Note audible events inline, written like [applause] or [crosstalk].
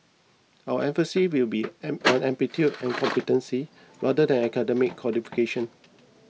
our emphasis will be an [noise] aptitude and competency rather than academic qualifications